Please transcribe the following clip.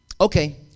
okay